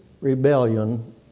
rebellion